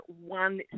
one